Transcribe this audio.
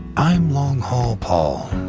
i'm long haul paul.